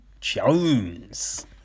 Jones